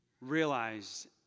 realized